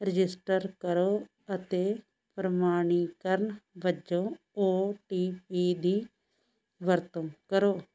register ਕਰੋ ਅਤੇ ਪ੍ਰਮਾਣੀਕਰਨ ਵਜੋਂ ਓ ਟੀ ਪੀ ਦੀ ਵਰਤੋਂ ਕਰੋ